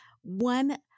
one